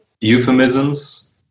euphemisms